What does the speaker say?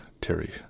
Terry